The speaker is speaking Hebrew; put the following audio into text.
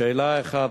לשאלה 1,